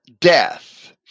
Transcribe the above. death